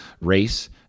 race